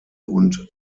und